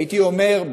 הייתי אומר,